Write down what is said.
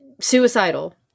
suicidal